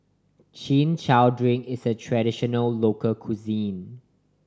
Chin Chow drink is a traditional local cuisine